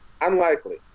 Unlikely